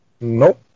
Nope